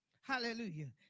Hallelujah